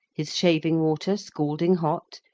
his shaving-water scalding hot,